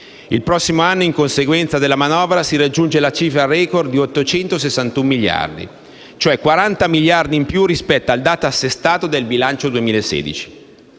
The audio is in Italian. Il prossimo anno, in conseguenza della manovra, si raggiunge la cifra *record* di 861 miliardi, cioè 40 miliardi in più rispetto al dato assestato del bilancio 2016,